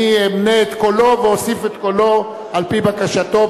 אני אמנה את קולו ואוסיף את קולו על-פי בקשתו,